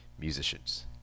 musicians